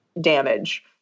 damage